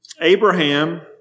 Abraham